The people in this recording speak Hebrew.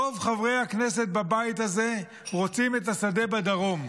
רוב חברי הכנסת בבית הזה רוצים את השדה בדרום,